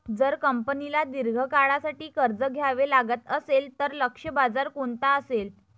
जर कंपनीला दीर्घ काळासाठी कर्ज घ्यावे लागत असेल, तर लक्ष्य बाजार कोणता असेल?